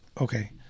Okay